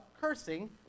cursing